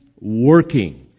working